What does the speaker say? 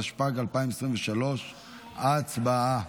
התשפ"ג 2023. הצבעה.